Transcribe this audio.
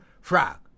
frog